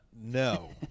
no